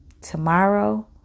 tomorrow